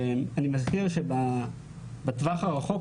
אני מזכיר שבטווח הרחוק,